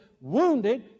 wounded